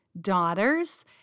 daughters